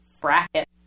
bracket